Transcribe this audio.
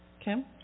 Kim